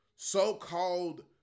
So-called